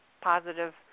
positive